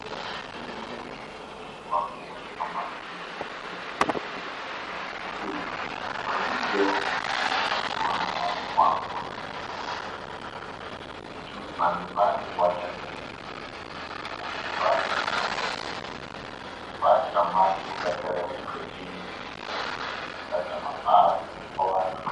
Damu hili lina uwezo wa kuweka maji zisitiririke ikienda chini, kwa hivyo serikali wameamua kuleta vitu mbalimbali watengeneze njia ambalo itaweza kuwacha maji yateremke chini vizuri bila kuleta madhara kwa watu.